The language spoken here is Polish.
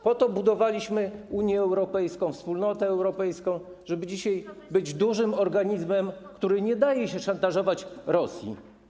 Po to budowaliśmy Unię Europejską, Wspólnotę Europejską, żeby dzisiaj być dużym organizmem, który nie daje się szantażować Rosji.